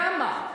למה?